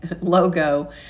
logo